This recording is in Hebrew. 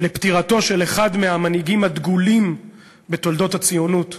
לפטירתו של אחד מהמנהיגים הדגולים בתולדות הציונות,